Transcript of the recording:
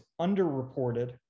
underreported